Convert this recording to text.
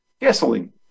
gasoline